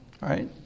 Right